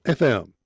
fm